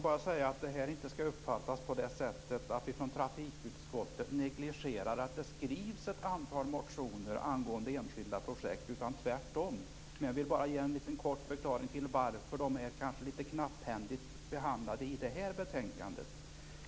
Fru talman! Det får inte uppfattas som att vi i trafikutskottet negligerar att det skrivs ett antal motioner angående enskilda projekt, utan det är tvärtom. Jag ville bara ge en kort förklaring till att de kanske är litet knapphändigt behandlade i det här betänkandet.